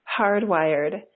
hardwired